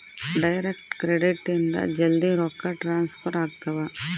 direct credit ಇಂದ ಜಲ್ದೀ ರೊಕ್ಕ ಟ್ರಾನ್ಸ್ಫರ್ ಆಗ್ತಾವ